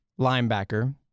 linebacker